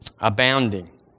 Abounding